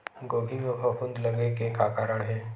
गोभी म फफूंद लगे के का कारण हे?